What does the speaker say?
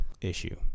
issue